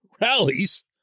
rallies